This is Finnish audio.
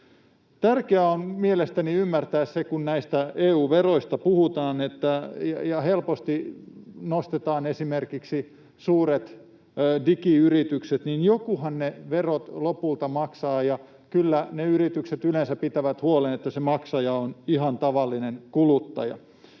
Tärkeää on mielestäni ymmärtää se, että kun näistä EU-veroista puhutaan ja helposti nostetaan esimerkiksi suuret digiyritykset, niin jokuhan ne verot lopulta maksaa ja kyllä ne yritykset yleensä pitävät huolen, että se maksaja on ihan tavallinen kuluttaja.